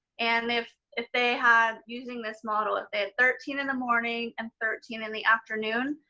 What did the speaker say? and if if they have, using this model, if they had thirteen in the morning and thirteen in the afternoon,